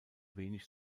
wenig